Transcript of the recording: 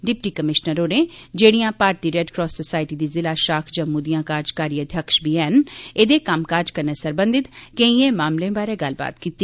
deputy commissioner होरें जेह्ड़ियां भारती रेड क्रास सोसायटी दी जिला शाख जम्मू दिआं कार्यकारी अध्यक्ष बी हैन एहदे कम्मकाज कन्नै सरबंधत केईएं सारे मामलें बारै गल्लबात कीती